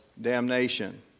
damnation